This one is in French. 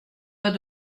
pas